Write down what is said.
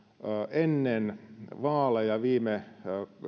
ennen vaaleja viime